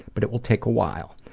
but it will take a while.